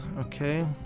okay